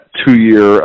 two-year